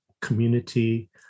community